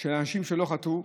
של אנשים שלא חטאו,